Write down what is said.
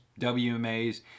WMAs